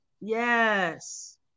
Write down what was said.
Yes